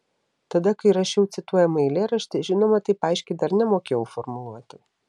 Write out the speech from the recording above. tada kai rašiau cituojamą eilėraštį žinoma taip aiškiai dar nemokėjau formuluoti